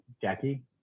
Jackie